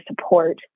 support